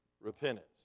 Repentance